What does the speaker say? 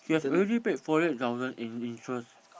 you have already paid forty eight thousand in interest